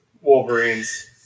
wolverines